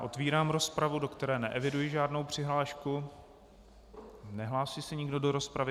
Otevírám rozpravu, do které neeviduji žádnou přihlášku, nehlásí se nikdo do rozpravy.